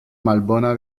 malbona